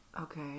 Okay